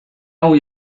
hau